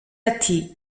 ati